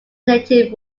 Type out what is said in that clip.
native